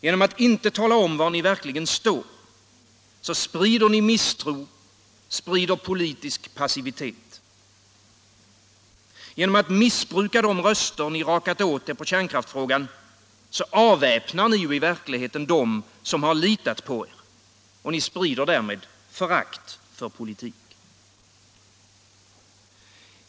Genom att inte tala om var ni verkligen står sprider ni misstro och politisk passivitet. Genom att missbruka de röster ni rakat åt er på kärnkraftsfrågan avväpnar ni i verkligheten dem som litat på er, och ni sprider därmed förakt för politik.